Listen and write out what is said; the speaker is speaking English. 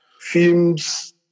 films